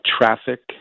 Traffic